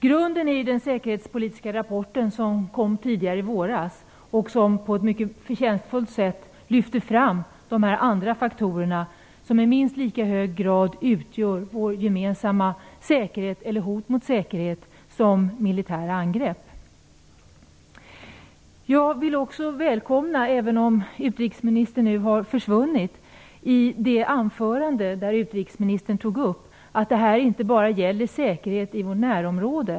Grunden är den säkerhetspolitiska rapport som kom i våras och som på ett förtjänstfullt sätt lyfter fram de faktorer som i minst lika hög grad utgör vår gemensamma säkerhet - eller hot mot säkerhet, som militära angrepp. Utrikesministern har nu lämnat kammaren, men jag vill välkomna det som hon tog upp i sitt anförande, nämligen att det inte bara gäller säkerheten i vårt närområde.